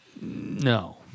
No